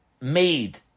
made